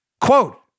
Quote